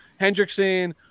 Hendrickson